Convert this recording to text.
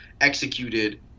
executed